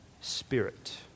spirit